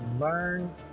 Learn